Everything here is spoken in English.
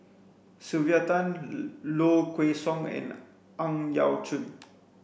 Sylvia Tan Low Kway Song and Ang Yau Choon